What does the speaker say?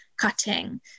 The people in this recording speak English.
cutting